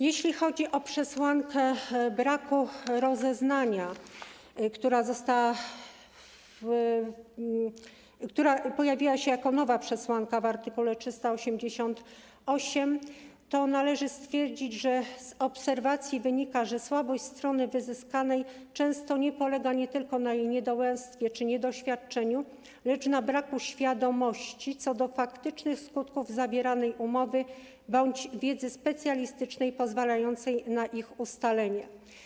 Jeśli chodzi o przesłankę braku rozeznania, która pojawiła się jako nowa przesłanka w art. 388, to należy stwierdzić, że z obserwacji wynika, że słabość strony wyzyskanej często polega nie tylko na jej niedołęstwie czy niedoświadczeniu, lecz także na braku świadomości co do faktycznych skutków zawieranej umowy bądź wiedzy specjalistycznej pozwalającej na ich ustalenie.